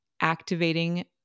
activating